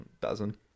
dozen